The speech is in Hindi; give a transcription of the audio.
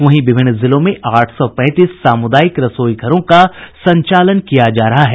वहीं विभिन्न जिलों में आठ सौ पैंतीस सामुदायिक रसोई घरों का संचालन किया जा रहा है